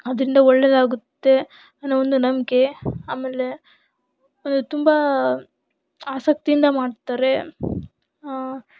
ಅದರಿಂದ ಒಳ್ಳೆಯದಾಗುತ್ತೆ ಅನ್ನೊ ಒಂದು ನಂಬಿಕೆ ಆಮೇಲೆ ತುಂಬ ಆಸಕ್ತಿಯಿಂದ ಮಾಡ್ತಾರೆ